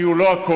כי הוא לא הכול,